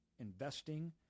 investing